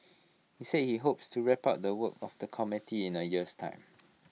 he said he hopes to wrap up the work of the committee in A year's time